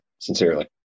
Sincerely